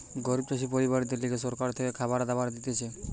গরিব চাষি পরিবারদের লিগে সরকার থেকে খাবার দাবার দিতেছে